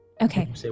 okay